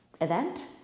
event